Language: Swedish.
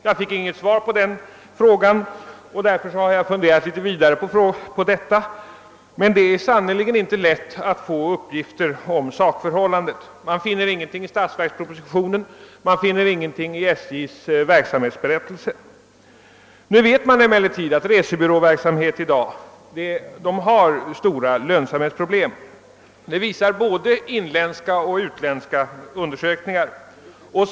Jag fick inget svar på frågan och därför har jag funderat ytterligare på detta. Det är sannerligen inte lätt att få upplysningar om sakförhållandet. Man finner ingenting i vare sig statsverkspropositionen eller SJ:s verksamhetsberättelse. Det är emellertid känt att rese byråverksamheten i dag har stora lönsamhetsproblem. Både inländska och utländska undersökningar visar detta.